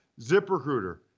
ZipRecruiter